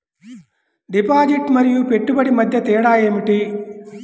Deposit మరియు పెట్టుబడి మధ్య తేడా ఏమిటి?